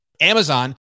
Amazon